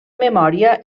memòria